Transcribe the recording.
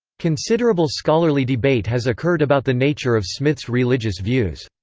considerable scholarly debate has occurred about the nature of smith's religious views.